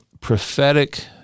prophetic